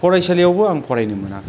फरायसालिआवबो आं फरायनो मोनाखै